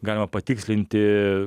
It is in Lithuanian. galima patikslinti